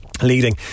leading